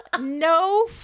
no